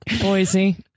Boise